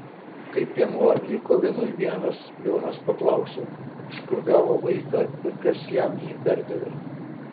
kai piemuo liko vienui vienas jonas paklausė iš kur gavo vaiką ir kas jam jį perdavė